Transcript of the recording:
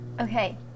Okay